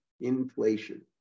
inflation